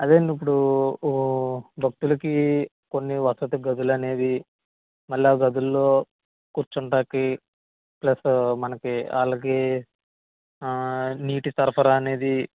అదేనండీ ఇప్పుడు భక్తులకి కొన్ని వసతి గదులు అనేవి మళ్ళీ గదుల్లో కూర్చుంటానికి ప్లస్ మనకి వాళ్ళకి నీటి సరఫరా అనేది